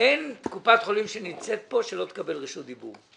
אין קופת חולים שנמצאת כאן ולא תקבל רשות דיבור.